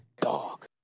Dog